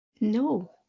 No